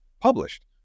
published